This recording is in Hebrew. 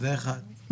זה דבר אחד.